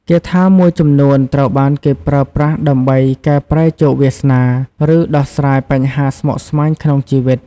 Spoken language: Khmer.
គាថាមួយចំនួនត្រូវបានគេប្រើប្រាស់ដើម្បីកែប្រែជោគវាសនា ឬដោះស្រាយបញ្ហាស្មុគស្មាញក្នុងជីវិត។